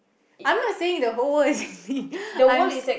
I'm not saying the whole world is with me I'm